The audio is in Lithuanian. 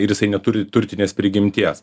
ir jisai neturi turtinės prigimties